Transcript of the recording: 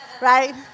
Right